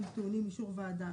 טעונים בה אישורי ועדה,